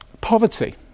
poverty